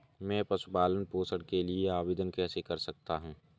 मैं पशु पालन पोषण के लिए आवेदन कैसे कर सकता हूँ?